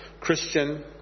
Christian